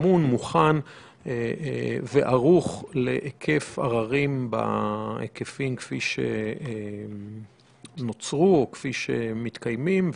מוכן וערוך להיקף עררים בהיקפים כפי שנוצרו או כפי שמתקיימים.